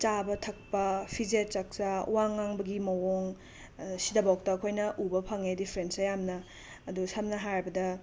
ꯆꯥꯕ ꯊꯛꯄ ꯐꯤꯖꯦꯠ ꯆꯥꯛꯆꯥ ꯋꯥ ꯉꯥꯡꯕꯒꯤ ꯃꯋꯣꯡ ꯁꯤꯗꯕꯧꯇ ꯑꯩꯈꯣꯏꯅ ꯎꯕ ꯐꯪꯉꯦ ꯗꯤꯐꯔꯦꯟꯁꯁꯦ ꯌꯥꯝꯅ ꯑꯗꯣ ꯁꯝꯅ ꯍꯥꯏꯔꯕꯗ